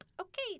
okay